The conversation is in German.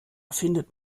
findet